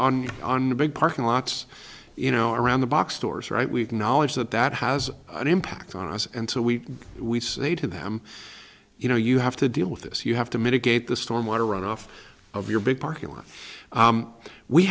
on the big parking lots you know around the box stores right we have knowledge that that has an impact on us and so we we say to them you know you have to deal with this you have to mitigate the storm water runoff of your big parking lot